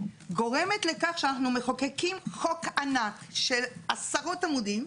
גורמת לכך שאנחנו מחוקקים חוק ענק של עשרות עמודים,